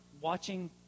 watching